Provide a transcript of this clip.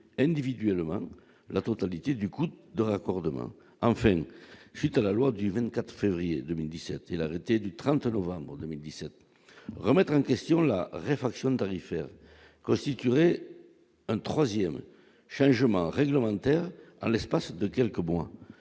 individuellement la totalité du coût de raccordement en fait suite à la loi du 24 février 2017 et l'arrêté du 30 novembre 2017, remettre en question la réfraction tarifaire constituerait un 3ème changement réglementaire, en l'espace de quelques mois,